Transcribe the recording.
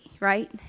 right